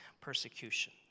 persecution